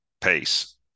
pace